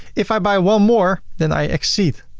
if i buy one more than i exceed,